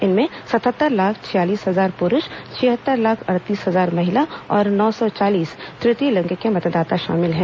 इनमें सतहत्तर लाख छियालीस हजार पुरूष छिहत्तर लाख अड़तीस हजार महिला और नौ सौ चालीस तृतीय लिंग के मतदाता शामिल हैं